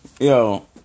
Yo